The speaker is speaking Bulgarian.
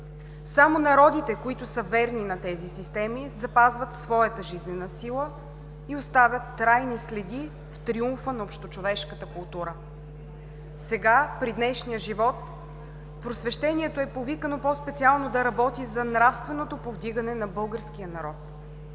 Само народите, които са верни на тези системи, запазват своята жизнена сила и оставят трайни следи в триумфа на общочовешката култура. Сега, при днешния живот, просвещението е повикано по-специално да работи за нравственото повдигане на българския народ.